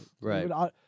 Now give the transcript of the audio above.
Right